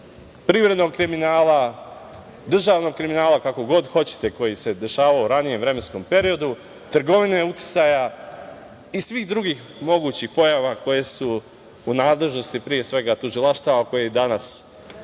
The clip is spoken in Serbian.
privrednog kriminala, državnog kriminala, kako god hoćete, koji se dešavao u ranijem vremenskom periodu, trgovine uticaja i svih drugih mogućih pojava koje su u nadležnosti pre svega tužilaštva i svih